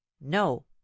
No